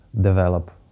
develop